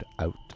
out